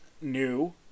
new